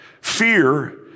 Fear